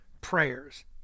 prayers